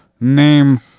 name